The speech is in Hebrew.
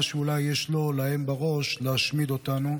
שאולי יש לו או להם בראש להשמיד אותנו.